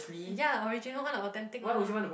ya the original one the authentic one orh